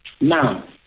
Now